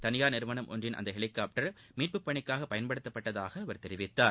தளியார் நிறுவனத்தின் அந்த ஹெலிகாப்டர் மீட்புப்பணிக்காக பயன்படுத்தப்பட்டதாக அவர் கூறினார்